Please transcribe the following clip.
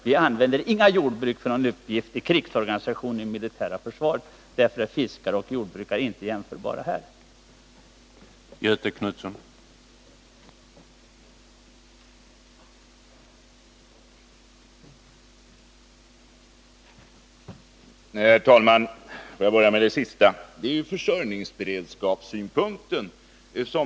Vi använder inte jordbruk för någon uppgift i krigsorganisationens militära försvar, och därför är fiskare och jordbrukare inte jämförbara i detta sammanhang.